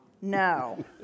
No